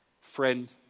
friend